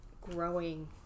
growing